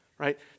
right